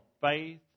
faith